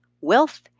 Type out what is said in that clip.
wealth